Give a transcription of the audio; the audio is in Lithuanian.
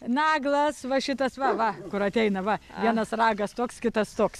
naglas va šitas va va kur ateina va vienas ragas toks kitas toks